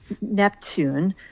Neptune